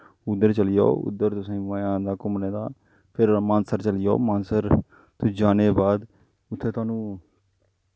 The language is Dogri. उद्धर चली जाओ उद्धर तुसेंगी मज़ा आंदा घूमने दा फिर ओह्दे बाद मानसर चली जाओ मानसर उत्थें जाने दे बाद उत्थें तोआनूं